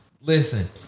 Listen